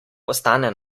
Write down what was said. postane